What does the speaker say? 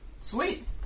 Sweet